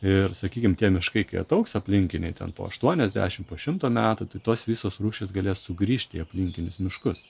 ir sakykim tie miškai kai ataugs aplinkiniai ten po aštuoniasdešimt po šimto metų tai tos visos rūšys galės sugrįžti į aplinkinius miškus